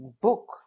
book